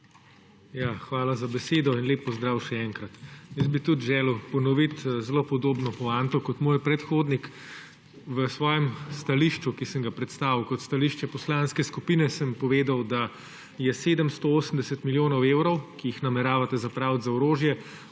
Hvala za besedo. Lep pozdrav še enkrat! Jaz bi tudi želel ponoviti zelo podobno poanto kot moj predhodnik. V svojem stališču, ki sem ga predstavil kot stališče poslanske skupine, sem povedal, da je 780 milijonov evrov, ki jih nameravate zapraviti za orožje,